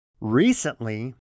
Recently